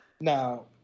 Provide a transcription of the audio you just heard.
Now